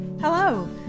Hello